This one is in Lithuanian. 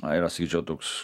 na yra sakyčiau toks